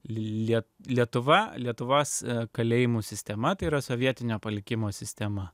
lietuva lietuvos kalėjimų sistema yra sovietinio palikimo sistema